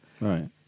Right